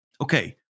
Okay